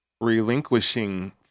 relinquishing